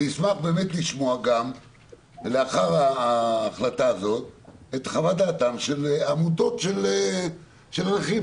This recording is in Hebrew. אני אשמח לשמוע לאחר ההחלטה את חוות דעתם של עמותות נכים.